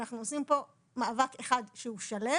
אנחנו עושים פה מאבק אחד שהוא שלם,